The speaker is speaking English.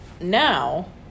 now